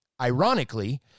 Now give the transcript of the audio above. Ironically